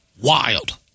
Wild